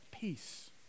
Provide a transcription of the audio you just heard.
peace